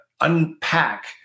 unpack